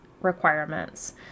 requirements